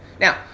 Now